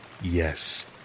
Yes